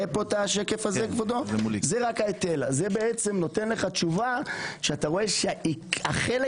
זה בעצם נותן לך תשובה שאתה רואה שהחלק